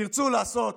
תרצו לעשות